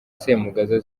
semugaza